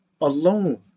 alone